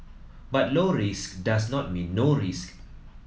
but low risk does not mean no risk